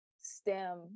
stem